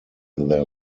their